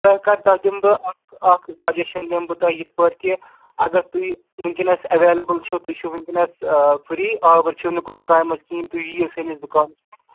تۄہہِ کَر تۅہہِ دِمہٕ بہٕ اَکھ اَکھ سَجشن دِمہٕ بہٕ تۄہہِ یِتھٕ پٲٹھۍ کہِ اگر تُہۍ وُنکٮ۪نس ایٚویلیبُل چھُو تُہۍ چھُو وُنکٮ۪نس فری آوٕرۍ چھِو نہٕ کُنہِ کامہِ منٛز کِہیٖنۍ تُہۍ یِیِو سٲنِس دُکانَس پٮ۪ٹھ